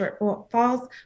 shortfalls